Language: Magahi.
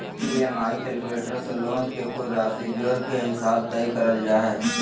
ई.एम.आई कैलकुलेटर से लोन के कुल राशि जोड़ के हिसाब तय करल जा हय